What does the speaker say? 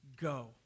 go